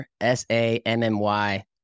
S-A-M-M-Y